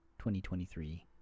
2023